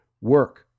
work